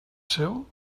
seu